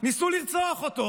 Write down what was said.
ניסו לרצוח אותו